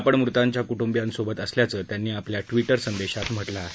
आपण मृतांच्या कुंटुंबियांसोबत असल्याचं त्यांनी आपल्या ट्विटर संदेशात म्हटलं आहे